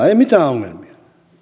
ei mitään ongelmia